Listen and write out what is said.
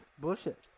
bullshit